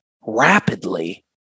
rapidly